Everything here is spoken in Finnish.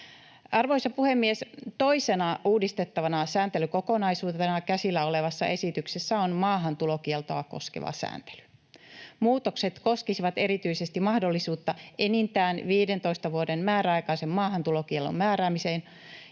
Arvoisa puhemies! Toisena uudistettavana sääntelykokonaisuutena käsillä olevassa esityksessä on maahantulokieltoa koskeva sääntely. Muutokset koskisivat erityisesti mahdollisuutta enintään 15 vuoden määräaikaisen maahantulokiellon määräämiseen